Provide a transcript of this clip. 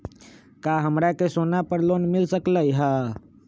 का हमरा के सोना पर लोन मिल सकलई ह?